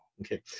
Okay